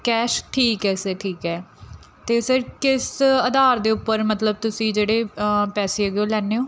cash ਠੀਕ ਹੈ sir ਠੀਕ ਹੈ ਅਤੇ ਸਰ ਕਿਸ ਆਧਾਰ ਦੇ ਉੱਪਰ ਮਤਲਬ ਤੁਸੀਂ ਜਿਹੜੇ ਪੈਸੇ ਹੈਗੇ ਉਹ ਲੈਂਦੇ ਹੋ